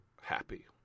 happy